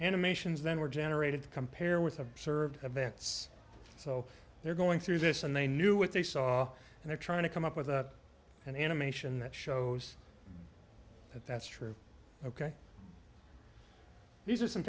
animations then were generated to compare with observed events so they're going through this and they knew what they saw and they're trying to come up with an animation that shows that that's true ok these are some